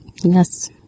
yes